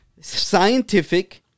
scientific